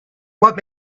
what